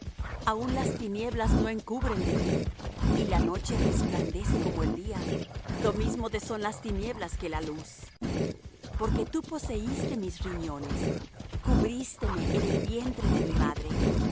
aun las tinieblas no encubren de ti y la noche resplandece como el día lo mismo te son las tinieblas que la luz porque tú poseiste mis riñones cubrísteme en el vientre de mi madre